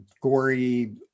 gory